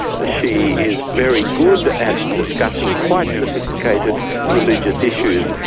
ah she is very good at discussing quite sophisticated religious issues,